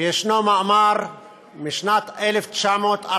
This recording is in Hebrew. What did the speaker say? ויש מאמר משנת 1942,